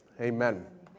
amen